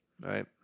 right